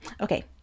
Okay